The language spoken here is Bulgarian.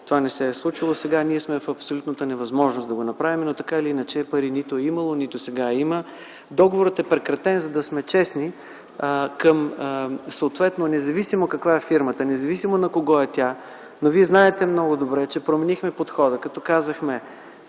това не се е случило! Сега ние сме в абсолютната невъзможност да го направим. Така или иначе, пари нито е имало, нито и сега има. Договорът е прекратен, за да сме честни, независимо от това каква е фирмата, независимо на кого е тя. Но Вие знаете много добре, че променихме подхода, като казахме: